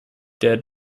der